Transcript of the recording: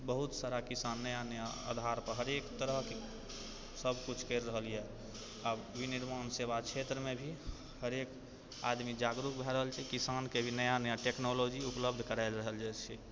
बहुत सारा किसान नया नया आधार पर हरेक तरहके सभ कुछ करि रहल यहऽ आब विनिर्माण सेवा क्षेत्रमे भी हरेक आदमी जागरुक भए रहल छै किसानके भी नया नया टेक्नोलॉजी उपलब्ध कराइ रहल जाइ छै